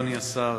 אדוני השר,